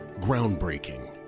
Groundbreaking